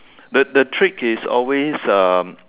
the the trick is always um